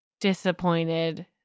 disappointed